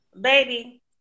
Baby